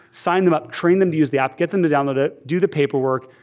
sign them up, train them to use the app, get them to download it, do the paperwork,